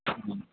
हँ